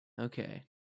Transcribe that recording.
Okay